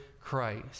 Christ